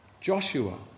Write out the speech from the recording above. Joshua